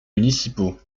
municipaux